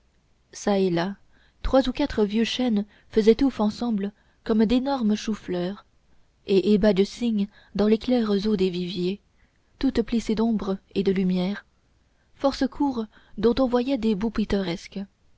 çà et là trois ou quatre vieux chênes faisant touffe ensemble comme d'énormes choux-fleurs des ébats de cygnes dans les claires eaux des viviers toutes plissées d'ombre et de lumière force cours dont on voyait des bouts pittoresques